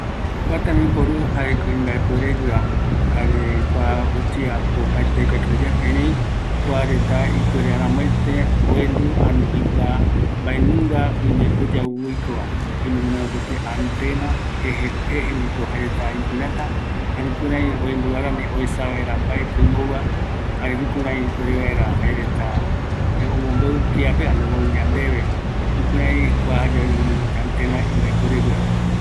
Tembiporu ikavigueva, oparavɨkɨ reta guinoi yave antena, jare jayave jae reta oendukata yandeve, ërëi aikuakavia, mbaetɨ kïraï kua iyapoa reta oñono je